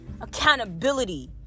accountability